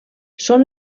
són